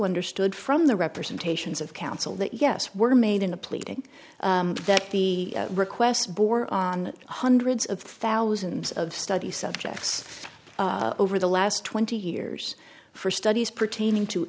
understood from the representations of counsel that yes were made in a pleading that the request bore on hundreds of thousands of study subjects over the last twenty years for studies pertaining to